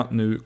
nu